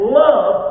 love